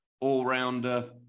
all-rounder